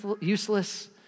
useless